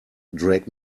drag